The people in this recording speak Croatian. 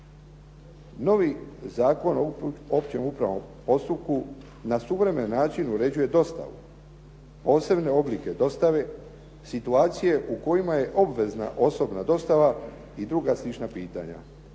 Novi Zakon o općem upravnom postupku na suvremen način uređuje dostavu, posebne oblike dostave, situacije u kojima je obvezna osobna dostava i druga slična pitanja.